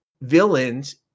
villains